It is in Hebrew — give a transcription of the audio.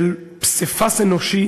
של פסיפס אנושי